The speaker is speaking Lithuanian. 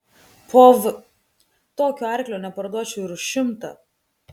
po v tokio arklio neparduočiau ir už šimtą